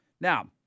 Now